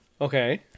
okay